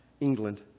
England